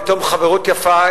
יותר מחברות יפה,